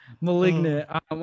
Malignant